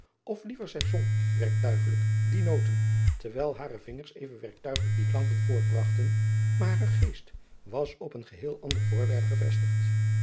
of liever zij zong werktuigelijk die toonen terwijl hare vingers even werktuigelijk die klanken voortbragten maar haar geest was op een geheel ander voorwerp gevestigd